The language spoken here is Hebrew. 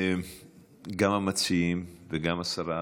גם המציעים וגם השרה,